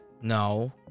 No